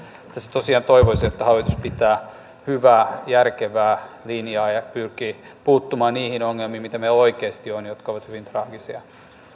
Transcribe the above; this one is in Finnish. tosiaan toivoisin että tässä hallitus pitää hyvää järkevää linjaa ja pyrkii puuttumaan niihin ongelmiin joita meillä oikeasti on ja jotka ovat hyvin traagisia